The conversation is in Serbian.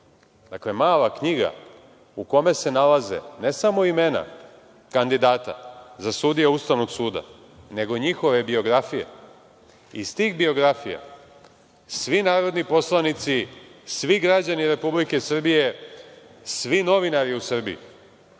mala knjiga u kojoj se nalaze ne samo imena kandidata za sudije Ustavnog suda nego i njihove biografije. Iz tih biografija svi narodni poslanici, svi građani Republike Srbije, svi novinari u Srbiji,